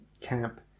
camp